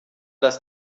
dass